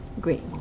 Great